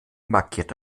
markiert